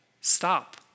stop